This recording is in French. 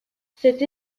cette